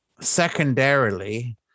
secondarily